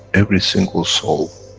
every single soul.